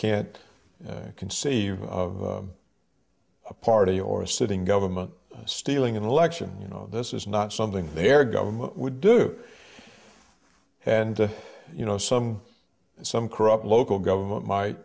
can't conceive of a party or a sitting government stealing an election you know this is not something their government would do and you know some some corrupt local government might